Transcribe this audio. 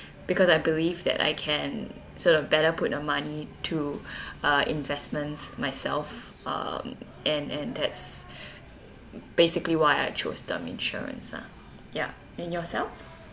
because I believe that I can sort of better put the money to uh investments myself um and and that's basically why I chose term insurance ah ya and yourself